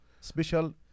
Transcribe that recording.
Special